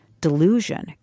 delusion